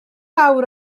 awr